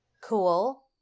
Cool